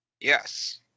Yes